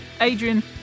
Adrian